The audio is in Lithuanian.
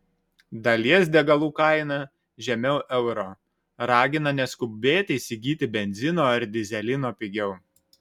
dalies degalų kaina žemiau euro ragina neskubėti įsigyti benzino ar dyzelino pigiau